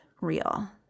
real